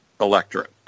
electorate